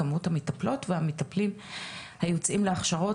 כמות המטפלות והמטפלים היוצאים להכשרות,